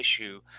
issue